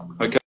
Okay